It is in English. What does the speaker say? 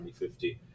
2050